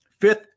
fifth